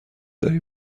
داری